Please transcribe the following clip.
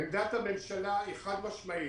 עמדת הממשלה היא חד משמעית.